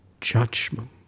judgment